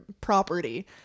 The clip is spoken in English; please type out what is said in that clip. property